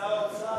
ששר האוצר,